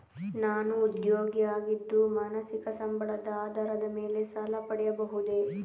ನಾನು ಉದ್ಯೋಗಿ ಆಗಿದ್ದು ಮಾಸಿಕ ಸಂಬಳದ ಆಧಾರದ ಮೇಲೆ ಸಾಲ ಪಡೆಯಬಹುದೇ?